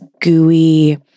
gooey